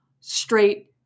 straight